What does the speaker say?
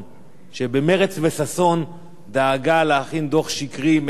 שבמרץ וששון דאגה להכין דוח שקרי, מגמתי.